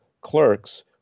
clerks